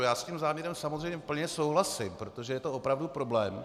Já s tím záměrem samozřejmě plně souhlasím, protože je to opravdu problém.